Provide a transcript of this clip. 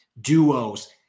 duos